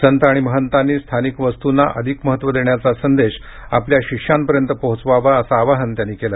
संत आणि महतांनी स्थानिक वस्तुंना अधिक महत्त्व देण्याचा संदेश आपल्या शिष्यांपर्यंत पोहोचवावा असं आवाहन त्यांनी केलं